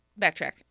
Backtrack